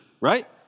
right